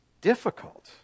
difficult